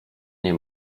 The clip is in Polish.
nie